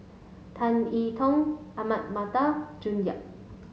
Tan Yi Tong Ahmad Mattar June Yap